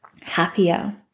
happier